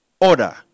order